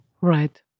right